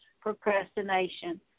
procrastination